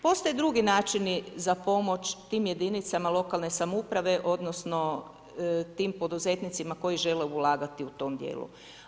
Postoje drugi načini za pomoć tim jedinicama lokalne samouprave odnosno tim poduzetnicima koji žele ulagati u tom dijelu.